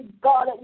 God